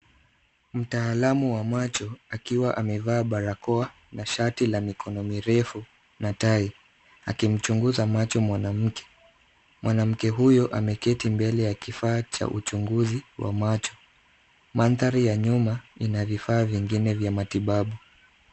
Mtaalamu wa macho akiwa amevaa barakoa na shati la mikono mirefu na tai, akimchunguza macho mwanamke. Mwanamke huyo ameketi mbele ya kifaa cha uchunguzi wa macho. Mandhari ya nyuma ina vifaa vingine vya matibabu.